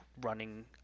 running